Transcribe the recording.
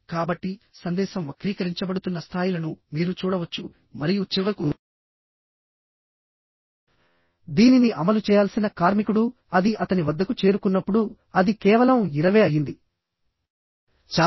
కాబట్టి సందేశం వక్రీకరించబడుతున్న స్థాయిలను మీరు చూడవచ్చు మరియు చివరకుదీనిని అమలు చేయాల్సిన కార్మికుడు అది అతని వద్దకు చేరుకున్నప్పుడు అది కేవలం 20 అయ్యింది శాతం